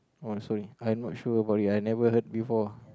oh I'm sorry I'm not sure about it I never heard before